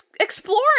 exploring